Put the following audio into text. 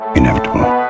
Inevitable